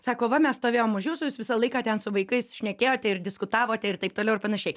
sako va mes stovėjom už jūsų jūs visą laiką ten su vaikais šnekėjote ir diskutavote ir taip toliau ir panašiai